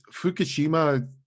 Fukushima